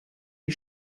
die